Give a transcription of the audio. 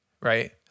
right